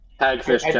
Tagfish